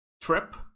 trip